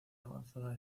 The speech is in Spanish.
avanzada